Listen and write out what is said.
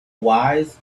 wise